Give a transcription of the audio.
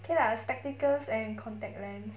K lah spectacles and contact lens